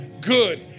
good